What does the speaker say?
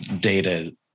data